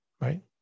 right